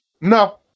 No